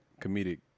comedic